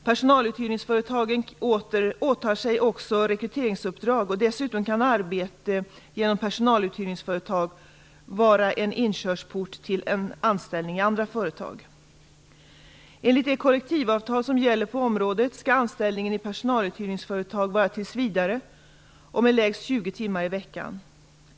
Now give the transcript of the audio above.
Personaluthyrningsföretagen åtar sig också rekryteringsuppdrag, och dessutom kan arbete genom personaluthyrningsföretag vara en inkörsport till en anställning i andra företag. Enligt de kollektivavtal som gäller på området skall anställningen i personaluthyrningsföretag vara tills vidare och med lägst 20 timmar i veckan.